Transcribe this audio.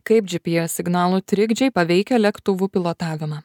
kaip gps signalų trikdžiai paveikia lėktuvų pilotavimą